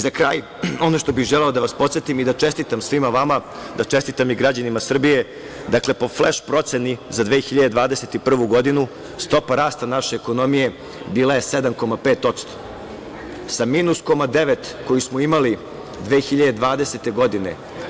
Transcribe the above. Za kraj, ono što bih želeo da vas podsetim i da čestitam svima vama, da čestitam i građanima Srbije, dakle, po fleš proceni za 2021. godinu stopa rasta naše ekonomije bila je 7,5%, sa minus koma devet, koju smo imali 2020. godine.